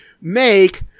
make